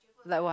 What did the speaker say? like what